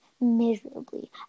miserably